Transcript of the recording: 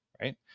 right